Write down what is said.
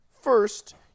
First